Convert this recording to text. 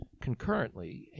concurrently